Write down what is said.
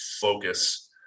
focus